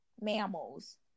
mammals